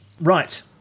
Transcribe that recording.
Right